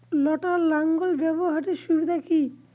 লটার লাঙ্গল ব্যবহারের সুবিধা কি?